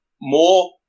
more